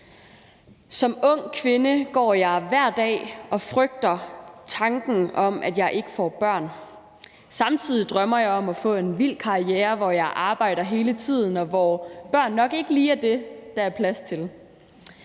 Som ung kvinde går jeg hver dag og frygter tanken om, at jeg ikke får børn. Samtidig drømmer jeg om at få en vild karriere, hvor jeg arbejder hele tiden, og hvor børn nok ikke lige er det, der er plads til.